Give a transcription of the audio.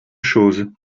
chose